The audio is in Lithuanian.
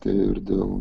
tai ir dėl